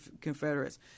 confederates